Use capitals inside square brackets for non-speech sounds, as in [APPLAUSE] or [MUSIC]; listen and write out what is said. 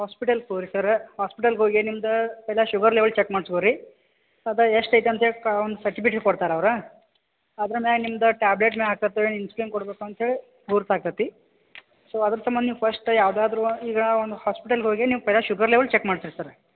ಹಾಸ್ಪಿಟಲ್ಗೆ ಹೋಗ್ರಿ ಸರ್ ಹಾಸ್ಪಿಟಲ್ಗೆ ಹೋಗಿ ನಿಮ್ದು ಎಲ್ಲ ಶುಗರ್ ಲೆವಲ್ ಚೆಕ್ ಮಾಡ್ಸ್ಕೊರಿ ಅದ ಎಷ್ಟು ಐತಿ ಅಂತ ಹೇಳಿ ಒಂದು ಸಟಿಫಿಕೇಟ್ ಕೊಡ್ತಾರೆ ಅವರು ಅದ್ರ ಮೇಲೆ ನಿಮ್ದು ಟ್ಯಾಬ್ಲೆಟ್ [UNINTELLIGIBLE] ಕೊಡಬೇಕು ಅಂತ್ಹೇಳಿ ಗುರ್ತು ಆಗ್ತೈತಿ ಸೊ ಅದ್ರ ಸಂಬಂಧ ನೀವು ಫಸ್ಟ್ ಯಾವ್ದಾದರು ಈಗ ಒಂದು ಹಾಸ್ಪೆಟಲ್ಗೆ ಹೋಗಿ ನೀವು ಶುಗರ್ ಲೆವಲ್ ಚೆಕ್ ಮಾಡ್ಸ್ರಿ ಸರ್